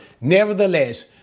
nevertheless